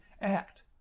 act